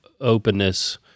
openness